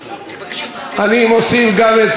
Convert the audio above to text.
אני מוסיף גם את